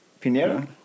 Pinheiro